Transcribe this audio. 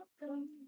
welcome